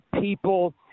people